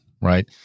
right